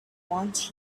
want